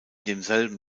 demselben